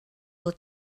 will